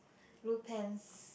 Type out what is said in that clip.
blue pants